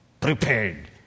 prepared